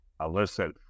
ourself